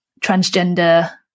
transgender